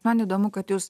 man įdomu kad jūs